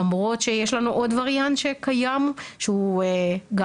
למרות שיש לנו עוד וריאנט שקיים שהוא גם